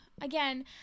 again